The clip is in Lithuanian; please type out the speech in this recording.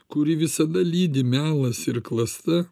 kurį visada lydi melas ir klasta